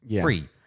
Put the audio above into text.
free